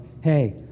hey